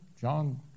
John